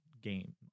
game